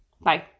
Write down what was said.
bye